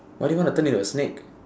what do you want to turn into a snake